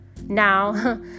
Now